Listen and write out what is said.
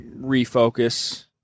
refocus